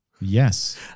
Yes